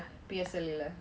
P_S_L_E leh